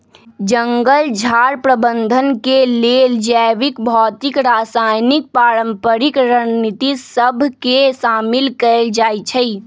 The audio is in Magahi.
जंगल झार प्रबंधन के लेल जैविक, भौतिक, रासायनिक, पारंपरिक रणनीति सभ के शामिल कएल जाइ छइ